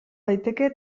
daiteke